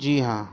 جی ہاں